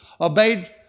obeyed